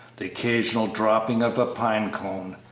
the occasional dropping of a pine-cone,